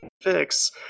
fix